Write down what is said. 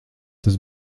tas